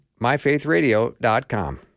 myfaithradio.com